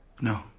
No